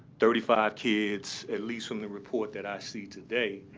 thirty five kids, at least from the report that i see today,